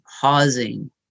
pausing